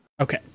Okay